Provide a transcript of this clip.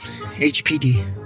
HPD